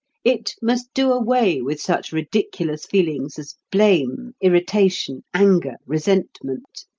it must do away with such ridiculous feelings as blame, irritation, anger, resentment.